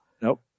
Nope